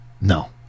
No